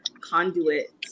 conduit